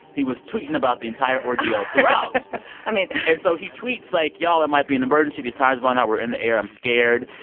he was tweeting about the entire ordeal throughout amazing and so he tweets like, y'all, it might be an emergency. these tires went out. we're in the air. i'm scared.